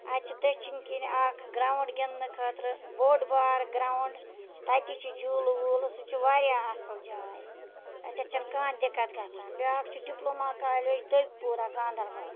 اَتہِ چھِ دٔچھِنۍ کِنۍ اَکھ گرٛاوُنٛڈ گِنٛدنہٕ خٲطرٕ بوٚڑ بار گرٛاوُنٛڈ تَتہِ چھِ جوٗلہٕ ووٗلہٕ سُہ چھِ واریاہ اَصٕل جاے اَتٮ۪تھ چھَنہٕ کانٛہہ دِقت گژھان بیٛاکھ چھِ ڈِپلوما کالیج دٔبۍ پوٗرہ گاندربل